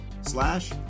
slash